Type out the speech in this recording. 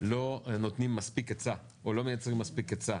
לא נותנים מספיק היצע או לא מייצרים מספיק היצע